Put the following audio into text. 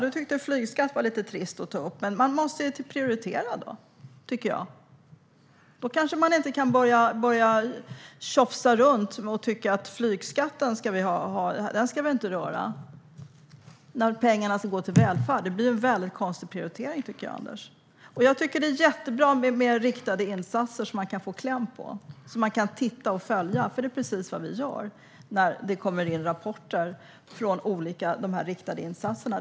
Anders tyckte att flygskatten var lite trist att ta upp, men då måste man prioritera. Det tycker jag. Då kanske man inte kan börja tjafsa och tycka att flygskatt ska vi inte ha, flyget ska vi inte röra, när pengarna ska gå till välfärd. Det blir en väldigt konstig prioritering. Jag tycker att det är jättebra med riktade insatser som man kan få kläm på, som man kan titta på och följa. Det är precis vad vi gör när det kommer in rapporter från olika riktade insatser.